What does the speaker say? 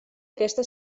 aquesta